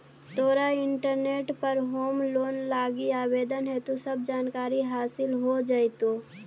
तोरा इंटरनेट पर home loan लागी आवेदन हेतु सब जानकारी हासिल हो जाएतो